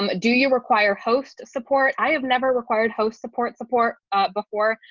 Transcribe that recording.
um do you require host support? i have never required host support support before,